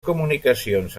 comunicacions